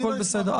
הכול בסדר.